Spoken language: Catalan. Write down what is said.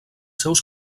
seus